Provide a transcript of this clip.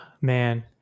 man